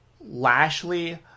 Lashley